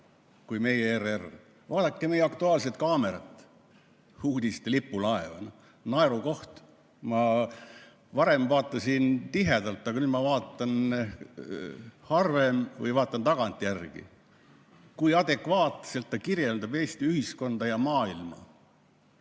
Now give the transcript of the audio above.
kui meie ERR. Vaadake "Aktuaalset kaamerat", uudiste lipulaeva – naerukoht. Ma varem vaatasin tihedalt, aga nüüd ma vaatan harvem või vaatan tagantjärgi. Kui adekvaatselt ta kirjeldab Eesti ühiskonda ja maailma?